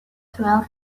twelve